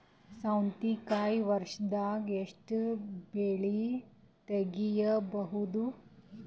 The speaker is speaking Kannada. ಸೌತಿಕಾಯಿ ವರ್ಷದಾಗ್ ಎಷ್ಟ್ ಬೆಳೆ ತೆಗೆಯಬಹುದು?